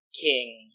King